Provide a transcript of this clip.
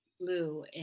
blue